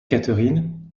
catherine